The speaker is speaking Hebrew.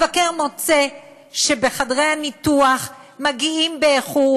המבקר מוצא שבחדרי הניתוח מגיעים באיחור,